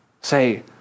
say